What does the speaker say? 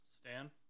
Stan